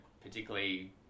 particularly